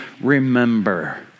remember